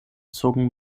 zogen